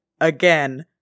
again